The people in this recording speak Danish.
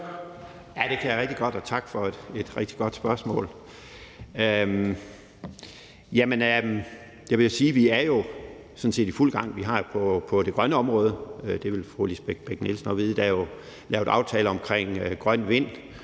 Ja, det kan jeg rigtig godt. Og tak for et rigtig godt spørgsmål. Jeg vil sige, at vi jo sådan set er i fuld gang. Vi har på det grønne område – og det vil fru Lisbeth Bech-Nielsen også vide – lavet aftaler om udbud af grøn vind